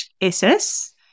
SS